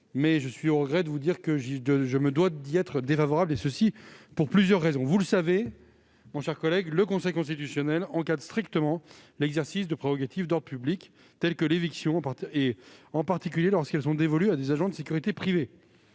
mais je suis au regret de vous dire, mon cher collègue, que je me dois d'y être défavorable, et ce pour plusieurs raisons. Comme vous le savez, le Conseil constitutionnel encadre strictement l'exercice de prérogatives d'ordre public, telles que l'éviction, en particulier lorsqu'elles sont dévolues à des agents de sécurité privée.